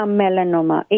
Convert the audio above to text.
melanoma